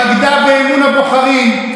בגדה באמון הבוחרים,